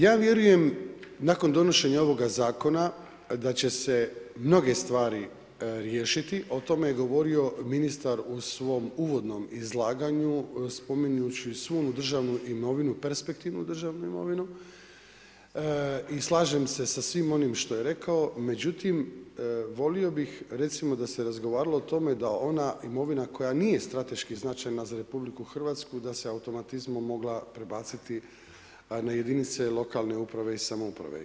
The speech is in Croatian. Ja vjerujem, nakon donošenja ovoga zakona da će se mnoge stvari riješiti, o tome je govorio ministar u svom uvodnom izlaganju spominjući svu onu državnu imovinu, perspektivnu državnu imovinu, i slažem se sa svim onim što je rekao, međutim volio bih recimo da se razgovaralo o tome da ona imovina koja nije strateški značajna za RH da se automatizmom mogla prebaciti na jedinice lokalne uprave i samouprave.